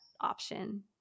option